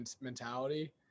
mentality